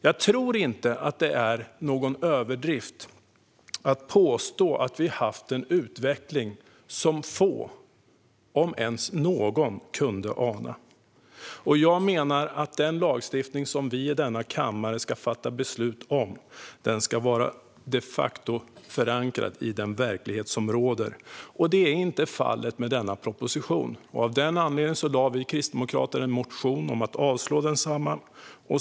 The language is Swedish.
Jag tror inte att det är någon överdrift att påstå att vi haft en utveckling som få, om ens någon, kunde ana. Jag menar att den lagstiftning som vi i denna kammare ska fatta beslut om ska vara de facto-förankrad i den verklighet som råder, och det är inte fallet med denna proposition. Av den anledningen lade vi kristdemokrater fram en motion om att avslå densamma.